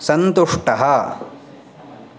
सन्तुष्टः